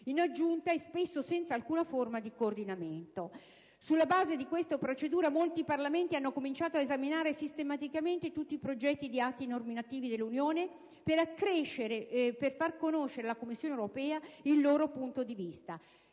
con quella effettuata da ciascun Governo nazionale. Sulla base di questa procedura molti Parlamenti hanno cominciato ad esaminare sistematicamente tutti i progetti di atti normativi dell'Unione al fine di far conoscere alla Commissione europea il loro punto di vista